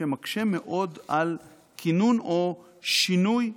שמקשה מאוד על כינון או שינוי חוקי-יסוד.